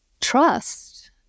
trust